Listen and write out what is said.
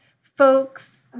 folks